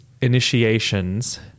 initiations